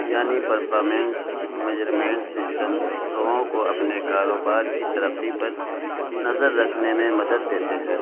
یعنی performance measurement system لوگوں کو اپنے کاروبار کی ترقی پر نظر رکھنے میں مدد دیتے ہیں